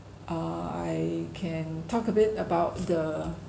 err I can talk a bit about the